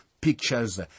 pictures